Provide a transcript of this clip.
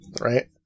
right